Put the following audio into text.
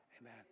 Amen